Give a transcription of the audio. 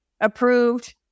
approved